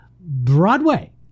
Broadway